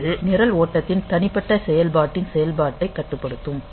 இது நிரல் ஓட்டத்தின் தனிப்பட்ட செயல்பாட்டின் செயல்பாட்டைக் கட்டுப்படுத்தும்